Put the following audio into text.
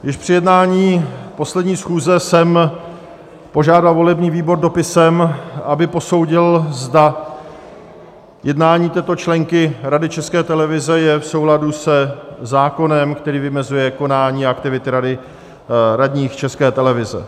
Již při jednání poslední schůze jsem požádal dopisem volební výbor, aby posoudil, zda jednání této členky Rady České televize je v souladu se zákonem, který vymezuje konání a aktivity radních České televize.